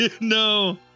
No